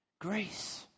Grace